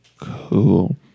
Cool